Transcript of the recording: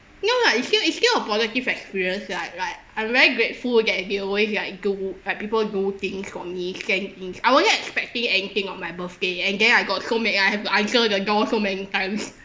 no lah it's still it's still a positive experience like like I'm very grateful that they always like do like people do things for me send things I wouldn't expecting anything on my birthday and then I got so ma~ I have to answer the door so many times